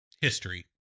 history